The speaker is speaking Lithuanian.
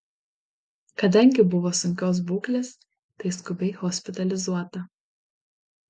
kadangi buvo sunkios būklės tai skubiai hospitalizuota